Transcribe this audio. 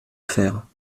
faire